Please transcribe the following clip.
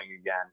again